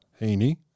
Heaney